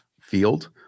field